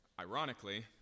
Ironically